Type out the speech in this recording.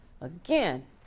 again